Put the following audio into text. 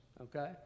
okay